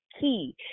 key